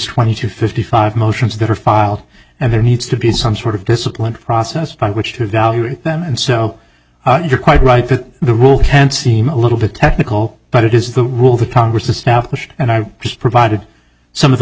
twenty to fifty five motions that are filed and there needs to be some sort of disciplined process by which to evaluate them and so you're quite right that the rule can seem a little bit technical but it is the rule that congress established and i just provided some of the